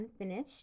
Unfinished